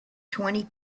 twenty